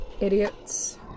Idiots